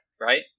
right